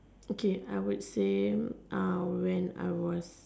okay I would say uh when I was